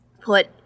put